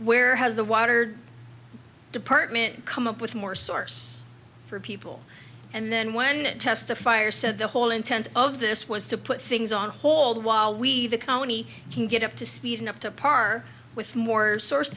where has the water department come up with more source for people and then when testifier said the whole intent of this was to put things on hold while we the county can get up to speed and up to par with more source